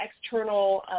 external